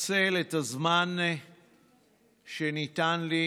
אנצל את הזמן שניתן לי